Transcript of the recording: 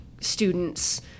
students